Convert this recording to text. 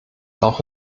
auch